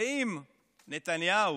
ואם נתניהו